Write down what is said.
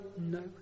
No